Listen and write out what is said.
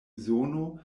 zono